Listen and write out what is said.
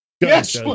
Yes